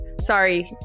sorry